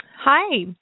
Hi